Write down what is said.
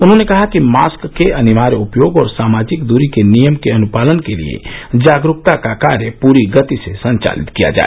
उन्होंने कहा कि मास्क के अनिवार्य उपयोग और सामाजिक दूरी के नियम के अनुपालन के लिए जागरूकता का कार्य पूरी गति से संचालित किया जाए